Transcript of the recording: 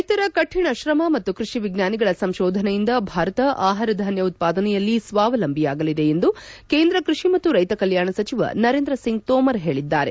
ರೈತರ ಕೌಣ ಶ್ರಮ ಮತ್ತು ಕೈಷಿ ವಿಚ್ವಾನಿಗಳ ಸಂಶೋಧನೆಯಿಂದ ಭಾರತ ಆಹಾರಧಾನ್ಯ ಉತ್ಪಾದನೆಯಲ್ಲಿ ಸ್ವಾವಲಂಬಿಯಾಗಲಿದೆ ಎಂದು ಕೇಂದ್ರ ಕೃಷಿ ಮತ್ತು ರೈತ ಕಲ್ಕಾಣ ಸಚಿವ ನರೇಂದ್ರ ಸಿಂಗ್ ತೋಮರ್ ಹೇಳಿದ್ದಾರೆ